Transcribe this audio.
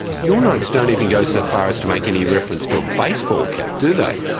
your notes don't even go so far as to make any reference to a baseball cap, do they?